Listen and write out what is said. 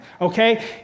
okay